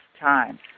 time